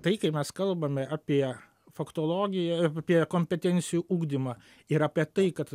tai kai mes kalbame apie faktologiją apie kompetencijų ugdymą ir apie tai kad